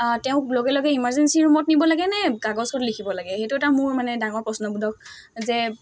তেওঁক লগে লগে ইমাৰ্জেঞ্চি ৰুমত নিব লাগেনে কাগজখন লিখিব লাগে সেইটো এটা মোৰ মানে ডাঙৰ প্ৰশ্নবোধক যে